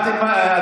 תודה רבה.